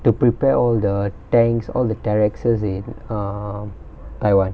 to prepare all the tanks all the terrex in um taiwan